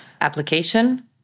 Application